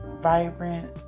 vibrant